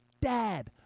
Dad